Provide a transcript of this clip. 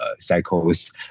cycles